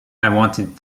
wanted